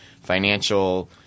financial